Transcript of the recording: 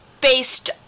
based